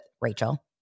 Rachel